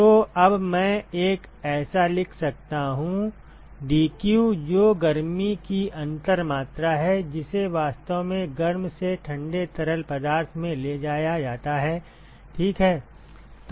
तो अब मैं एक ऐसा लिख सकता हूं dq जो गर्मी की अंतर मात्रा है जिसे वास्तव में गर्म से ठंडे तरल पदार्थ में ले जाया जाता है ठीक है